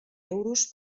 euros